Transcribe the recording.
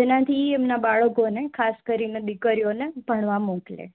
જેનાથી એમના બાળકોને અને ખાસ કરીને દીકરીઓને ભણવા મોકલે